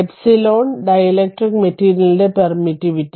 epsilon dielectric മെറ്റീരിയലിന്റെ permittivity